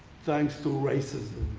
thanks to racism.